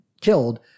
killed